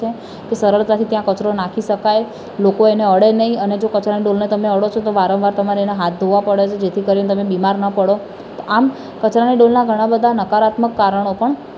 કે સરળતાથી ત્યાં કચરો નાખી શકાય લોકો એને અડે નહીં અને જો કચરાની ડોલને તમે અડો છો તો વારંવાર તમારે એને હાથ ધોવા પડે છે જેથી કરીને તમે બીમાર ના પડો તો આમ કચરાની ડોલનાં ઘણાં બધા નકારાત્મક કારણો પણ છે